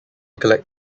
collect